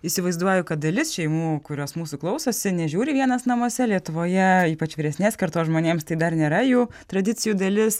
įsivaizduoju kad dalis šeimų kurios mūsų klausosi nežiūri vienas namuose lietuvoje ypač vyresnės kartos žmonėms tai dar nėra jų tradicijų dalis